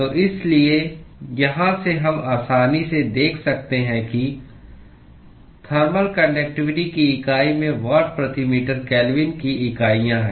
तो इसलिए यहाँ से हम आसानी से देख सकते हैं कि थर्मल कान्डक्टिवटी की इकाई में वाट प्रति मीटर केल्विन की इकाइयाँ हैं